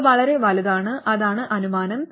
അവ വളരെ വലുതാണ് അതാണ് അനുമാനം